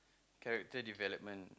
character development